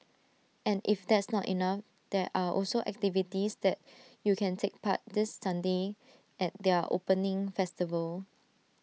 and if that's not enough there are also activities that you can take part this Sunday at their opening festival